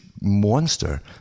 monster